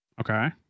Okay